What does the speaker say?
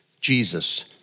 Jesus